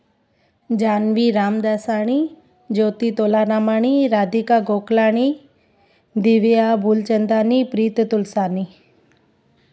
Janvi Ramdasani Jyoti Tolaramani Radhika Gokalani Divya Bulchandani Preet Tulsani